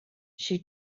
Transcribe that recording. she